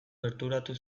gerturatu